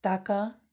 ताका